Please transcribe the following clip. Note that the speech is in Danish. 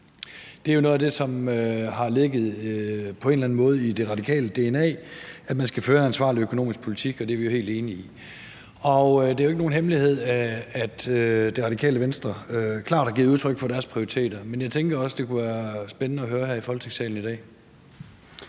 Noget af det, som på en eller anden måde har ligget i det radikale dna er, at man skal føre en ansvarlig økonomisk politik, og det er vi jo helt enige i. Det er jo ikke nogen hemmelighed, at Radikale Venstre klart har givet udtryk for deres prioriteter, men jeg tænker også, at det kunne være spændende at høre her i Folketingssalen i dag.